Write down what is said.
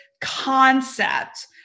concept